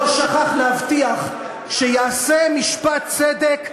לא שכח להבטיח שייעשה משפט צדק לגר: